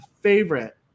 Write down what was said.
favorite